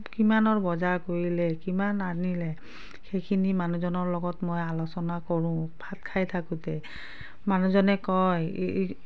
কিমানৰ বজাৰ কৰিলে কিমান আনিলে সেইখিনি মানুহজনৰ লগত মই আলোচনা কৰোঁ ভাত খাই থাকোঁতেই মানুহজনে কয়